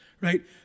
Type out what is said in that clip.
right